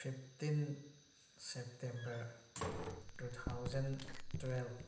fifteen September two thousand twelve